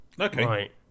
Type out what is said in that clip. Okay